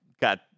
got